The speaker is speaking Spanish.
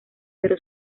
pero